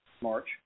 March